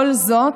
כל זאת,